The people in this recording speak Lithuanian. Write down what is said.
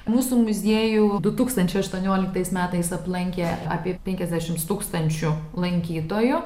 mūsų muziejų du tūkstančiai aštuonioliktais metais aplankė apie penkiasdešimt tūkstančių lankytojų